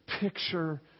picture